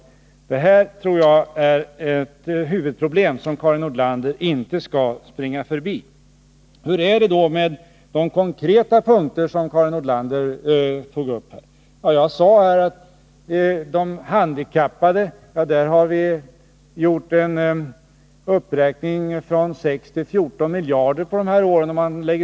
Detta är ett huvudproblem som Karin Nordlander inte skall springa förbi. Hur är det då med de konkreta punkter som Karin Nordlander tog upp? Jag sade att för de handikappade har vi, om man lägger ihop allting, gjort en uppräkning från 6 miljarder till 14 miljarder under de här åren.